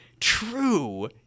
True